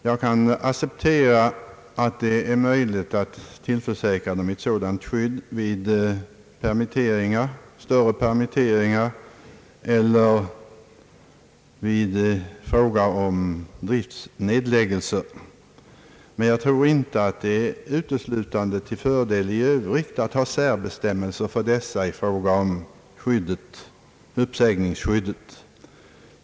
Jag kan acceptera att det är möjligt att genom lagstiftning tillförsäkra dem ett ökat skydd vid större permitteringar eller vid driftsnedläggelser. Men jag tror inte att det i övrigt är uteslutande till fördel att ha särbestämmelser för dessa gSrupper i fråga om uppsägningsskyddet.